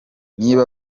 niba